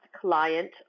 client